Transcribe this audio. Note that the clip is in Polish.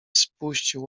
spuścił